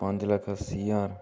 ਪੰਜ ਲੱਖ ਅੱਸੀ ਹਜ਼ਾਰ